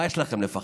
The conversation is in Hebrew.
מה יש לכם לפחד?